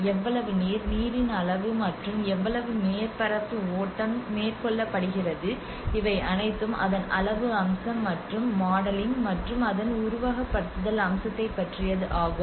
எவ்வளவு நீர் நீரின் அளவு மற்றும் எவ்வளவு மேற்பரப்பு ஓட்டம் மேற்கொள்ளப்படுகிறது இவை அனைத்தும் அதன் அளவு அம்சம் மற்றும் மாடலிங் மற்றும் அதன் உருவகப்படுத்துதல் அம்சத்தைப் பற்றியது ஆகும்